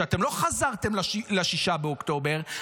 ואתם לא חזרתם ל-6 באוקטובר,